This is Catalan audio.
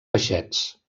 peixets